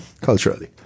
Culturally